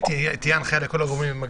היא תהיה לכל הגורמים במקביל,